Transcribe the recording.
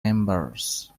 members